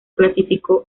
clasificó